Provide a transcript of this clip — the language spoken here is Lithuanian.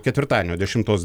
ketvirtadienio dešimtos